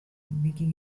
making